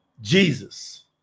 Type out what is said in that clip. Jesus